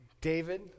David